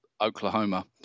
Oklahoma